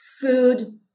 food